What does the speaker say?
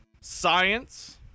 Science